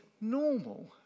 normal